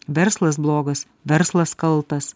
verslas blogas verslas kaltas